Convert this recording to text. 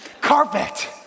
carpet